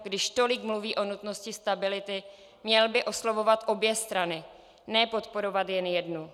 Když tolik mluví o nutnosti stability, měl by oslovovat obě strany, ne podporovat jen jednu.